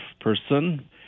person